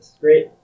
Great